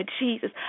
Jesus